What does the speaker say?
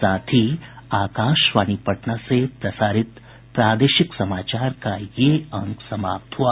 इसके साथ ही आकाशवाणी पटना से प्रसारित प्रादेशिक समाचार का ये अंक समाप्त हुआ